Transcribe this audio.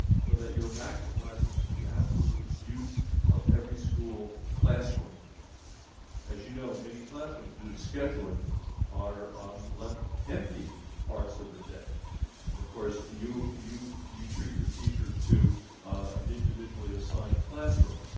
so that you're maximizing the absolute use of every school classroom as you know many classrooms due to scheduling are left empty parts of the day and of course you you you treat your teachers to an individually assigned classroom